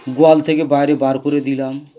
গোয়াল থেকে বাইরে বার করে দিলাম